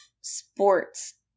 sports